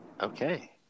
okay